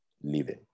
living